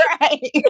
right